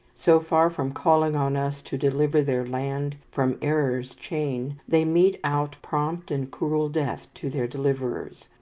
so far from calling on us to deliver their land from error's chain, they mete out prompt and cruel death to their deliverers.